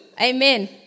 Amen